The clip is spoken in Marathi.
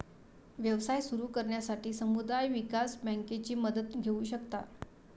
व्यवसाय सुरू करण्यासाठी समुदाय विकास बँकेची मदत घेऊ शकता